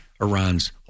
Iran's